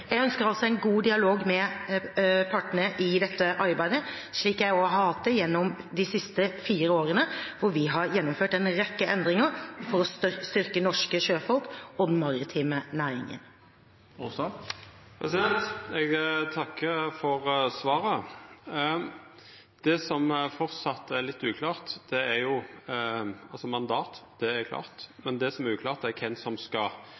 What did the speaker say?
Jeg ønsker altså en god dialog med partene i dette arbeidet, som jeg også har hatt i de siste fire årene, hvor vi har gjennomført en rekke endringer for å styrke norske sjøfolk og den maritime næringen. Eg takkar for svaret. Mandatet er klart, men det som framleis er litt uklart, er kven som skal greia ut det som ligg i mandatet. Vil det